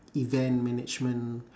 event management